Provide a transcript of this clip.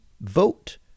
vote